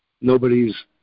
Nobody's